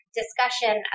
discussion